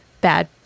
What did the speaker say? bad